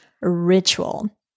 ritual